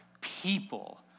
people